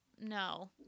no